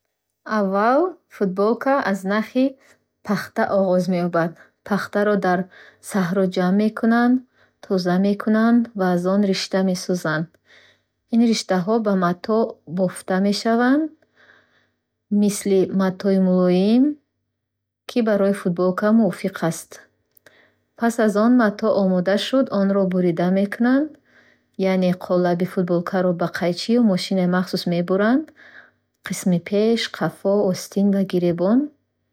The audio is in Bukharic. Аввал, футболка аз нахи пахта оғоз меёбад. Пахтаро дар саҳро ҷамъ мекунанд, тоза мекунанд ва аз он ришта месозанд. Ин риштаҳо ба матоъ бофтан мешаванд. Мисли матои мулоим, ки барои футболка мувофиқ аст. Пас аз он ки матоъ омода шуд, онро бурида мекунанд. Яъне қолаби футболкаро бо қайчӣ ё мошини махсус мебуранд: қисми пеш, қафо, остин ва гиребон.